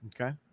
Okay